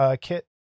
kit